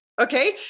Okay